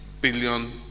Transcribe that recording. billion